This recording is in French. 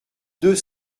deux